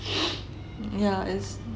yeah is